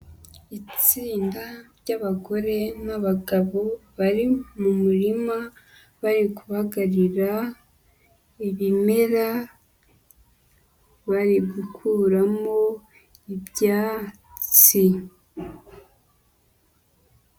Itsinda ry'abagore n'abagabo bari mu murima, bari gubagarira ibimera bari gukuramo ibyatsi.